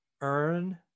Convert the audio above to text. earn